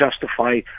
justify